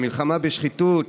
מלחמה בשחיתות,